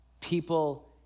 people